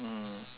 mm